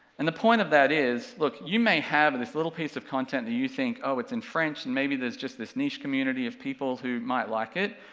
and the point of that is, look, you may have and this little piece of content that you think, oh it's in french, and maybe there's just this niche community of people who might like it,